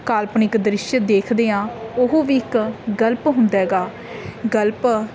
ਕਾਲਪਨਿਕ ਦ੍ਰਿਸ਼ ਦੇਖਦੇ ਹਾਂ ਉਹ ਵੀ ਇੱਕ ਗਲਪ ਹੁੰਦਾ ਗਾ ਗਲਪ